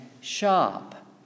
shop